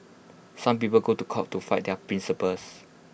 some people go to court to fight their principles